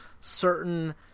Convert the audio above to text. certain